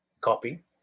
copy